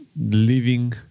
Living